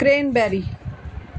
crane ਬੈਰੀ